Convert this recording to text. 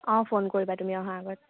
অ phone কৰিবা তুমি অহাৰ আগত